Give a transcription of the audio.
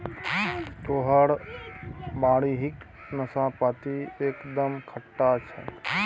तोहर बाड़ीक नाशपाती एकदम खट्टा छौ